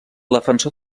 defensor